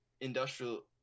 industrial